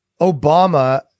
Obama